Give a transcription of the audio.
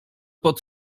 pod